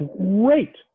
great